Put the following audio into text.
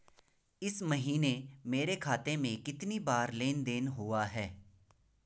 इस महीने मेरे खाते में कितनी बार लेन लेन देन हुआ है?